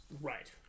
Right